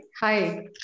hi